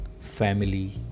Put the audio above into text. family